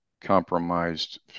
compromised